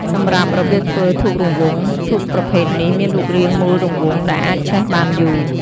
សម្រាប់ របៀបធ្វើធូបរង្វង់ ធូបប្រភេទនេះមានរូបរាងមូលរង្វង់ ដែលអាចឆេះបានយូរ។